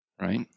Right